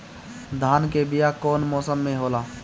धान के बीया कौन मौसम में होला?